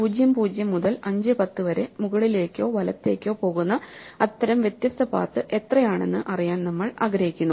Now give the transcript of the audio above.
0 0 മുതൽ 5 10 വരെ മുകളിലേക്കോ വലത്തേക്കോ പോകുന്ന അത്തരം വ്യത്യസ്ത പാത്ത് എത്രയാണെന്ന് അറിയാൻ നമ്മൾ ആഗ്രഹിക്കുന്നു